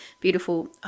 beautiful